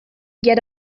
get